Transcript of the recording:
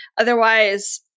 Otherwise